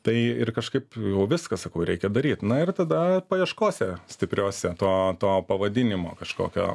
tai ir kažkaip jau viskas sakau reikia daryt na ir tada paieškosi stipriose to to pavadinimo kažkokio